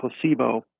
placebo